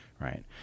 right